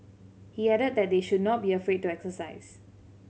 he added that they should not be afraid to exercise